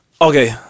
Okay